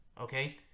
Okay